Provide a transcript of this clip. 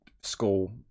School